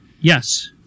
Yes